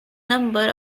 number